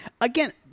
Again